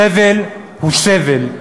סבל הוא סבל,